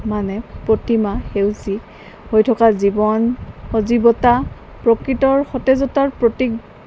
মানে প্ৰতিমা সেউজী হৈ থকা জীৱন সজীৱতা প্ৰকৃতৰ সতেজতাৰ প্ৰতীক